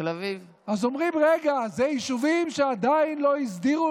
איזה החלטות